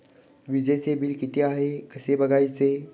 वीजचे बिल किती आहे कसे बघायचे?